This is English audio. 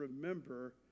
remember